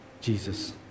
jesus